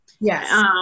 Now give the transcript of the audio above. Yes